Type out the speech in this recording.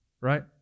Right